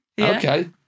Okay